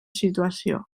situació